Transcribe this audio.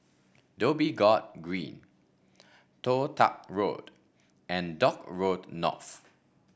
Dhoby Ghaut Green Toh Tuck Road and Dock Road North